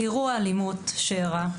אירוע אלימות שקרה,